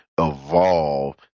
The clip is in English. evolve